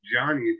Johnny